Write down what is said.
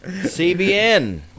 CBN